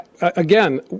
Again